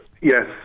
Yes